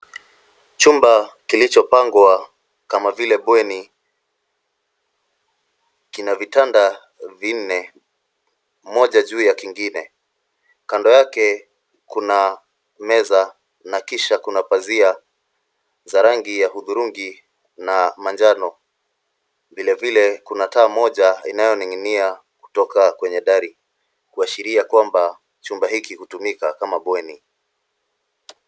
Chumba kilichopangwa kama vile bweni, kina vitanda vinne, moja juu ya kingine. Kando yake kuna meza na kisha kuna pazia za rangi ya hudhurungi na manjano. Vilevile kuna taa moja inayoning'inia kutoka kwenye dari, kuashiria kwamba chumba hiki hutumika kama bweni.